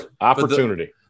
Opportunity